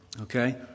Okay